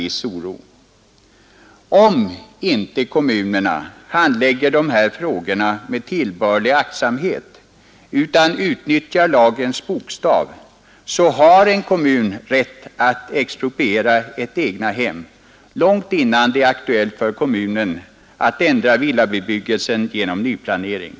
Kommuner som utnyttjar lagens bokstav, och alltså inte handlägger dessa frågor med tillbörlig aktsamhet, har rätt att expropriera ett egnahem långt innan det är aktuellt för dem att ändra villabebyggelsen genom nyplanering.